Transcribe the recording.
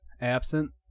absent